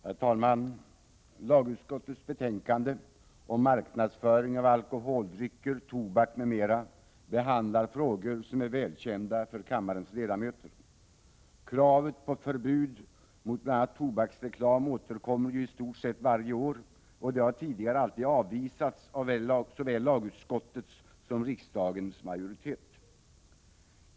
Herr talman! I lagutskottets betänkande om marknadsföring av alkoholdrycker, tobak, m.m. behandlas frågor som är välkända för kammarens ledamöter. Kravet på förbud mot bl.a. tobaksreklam återkommer ju i stort sett varje år, och det har tidigare alltid avvisats av såväl lagutskottets som riksdagens majoritet.